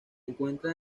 encuentra